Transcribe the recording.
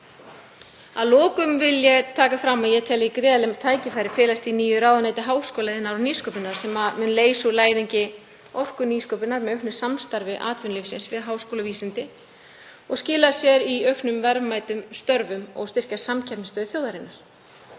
Að lokum vil ég taka fram að ég tel gríðarleg tækifæri felast í nýju ráðuneyti háskóla, iðnaðar og nýsköpunar. Það mun leysa úr læðingi orku nýsköpunar með auknu samstarfi atvinnulífsins við háskóla og vísindi og skila sér í fleiri verðmætum störfum og styrkja samkeppnisstöðu þjóðarinnar.